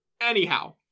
anyhow